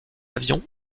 avions